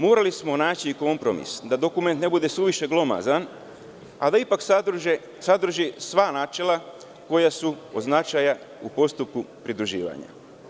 Morali smo naći kompromis, da dokument ne bude suviše glomazan, a da ipak sadrži sva načela koja su od značaja u postupku pridruživanja.